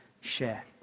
share